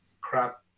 crap